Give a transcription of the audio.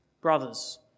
Brothers